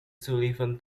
sullivan